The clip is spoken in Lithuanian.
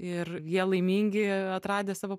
ir jie laimingi atradę savo